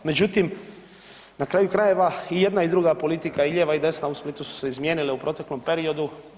Međutim, na kraju krajeva i jedna i druga politika, i lijeva i desna u Splitu su se izmijenile u proteklom periodu.